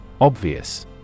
Obvious